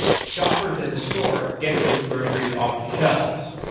shoppers at the store get those groceries off the shelves.